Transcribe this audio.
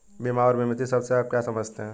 बीमा और बीमित शब्द से आप क्या समझते हैं?